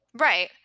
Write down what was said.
Right